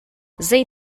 zei